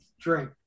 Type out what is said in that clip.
drink